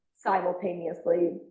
simultaneously